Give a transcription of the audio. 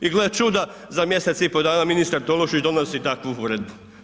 I gle čuda za mjesec i pol dana ministar Tolušić donosi takvu uredbu.